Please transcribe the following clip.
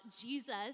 Jesus